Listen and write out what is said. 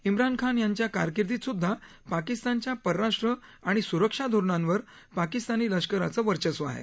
इम्रान खान यांच्या कारकिर्दीत स्द्धा पाकिस्तानच्या परराष्ट्र आणि स्रक्षा धोरणांवर पकिस्तानी लष्कराच वर्चस्व आहे